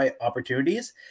opportunities